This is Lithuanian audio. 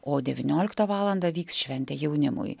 o devynioliktą valandą vyks šventė jaunimui